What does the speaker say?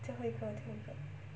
最后一个最后一个